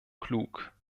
klug